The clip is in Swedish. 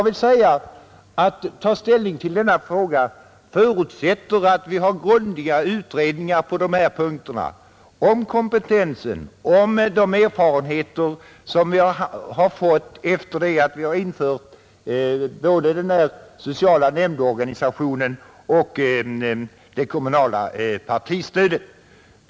Ett ställningstagande till denna fråga förutsätter en grundlig utredning om kompetensen, om de erfarenheter som vi har fått efter det att vi infört både distriktsorganisationer i den tidigare socialnämndsorganisationen och det kommunala partistödet.